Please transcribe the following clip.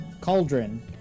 Cauldron